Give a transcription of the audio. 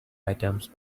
items